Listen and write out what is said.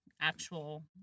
actual